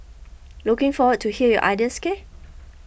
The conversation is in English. looking forward to hear your ideas K